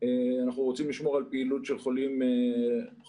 אנחנו רוצים לשמור על פעילות של חולים אונקולוגיים,